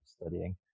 studying